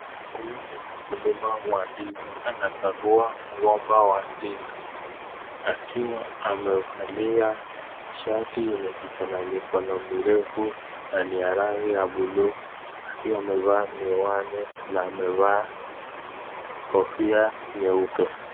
huyu ni mklima wa ndizi, anakagua mgomba wa ndizi akiwa amevalia shati yenye mikono mikono mirefu mirefu na niya rangi ya blue akiwa amevaa miwani na amevaa kofia nyeupe.